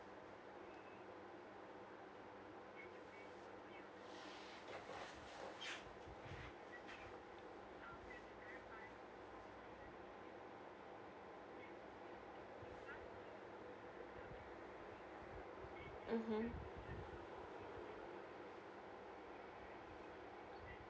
mmhmm